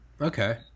Okay